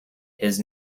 his